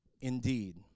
indeed